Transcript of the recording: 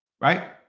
right